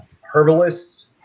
herbalists